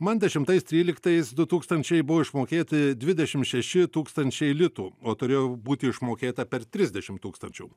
man dešimtais tryliktais du tūkstančiai buvo išmokėti dvidešimt šeši tūkstančiai litų o turėjo būti išmokėta per trisdešimt tūkstančių